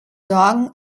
sorgen